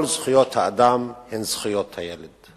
כל זכויות האדם הן זכויות הילד.